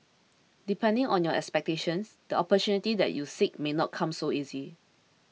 depending on your expectations the opportunities that you seek may not come so easy